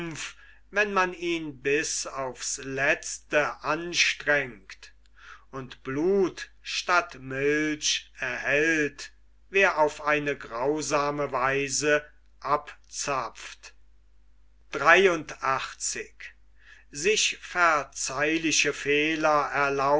wenn man ihn bis aufs letzte anstrengt und blut statt milch erhält wer auf eine grausame weise abzapft